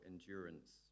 endurance